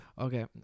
Okay